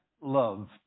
love